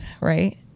right